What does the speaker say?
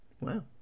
Wow